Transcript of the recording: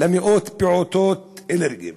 למאות פעוטות אלרגיים